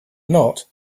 not